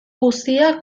guzia